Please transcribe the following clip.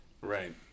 right